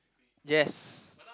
yes